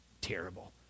terrible